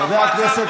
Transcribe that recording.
חבר הכנסת